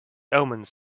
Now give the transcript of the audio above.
omens